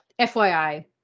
FYI